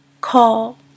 call